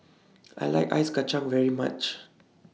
I like Ice Kacang very much